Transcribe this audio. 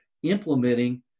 implementing